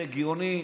הגיוני?